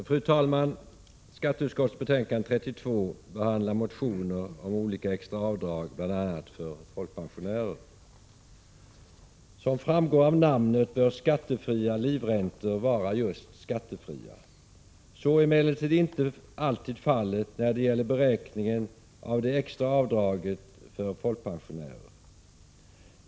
Fru talman! Skatteutskottets betänkande 32 behandlar motioner om olika extra avdrag, bl.a. för folkpensionärer. Som framgår av namnet bör skattefria livräntor vara just skattefria. Så är emellertid inte alltid fallet när det gäller beräkningen av det extra avdraget för folkpensionärer.